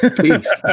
Peace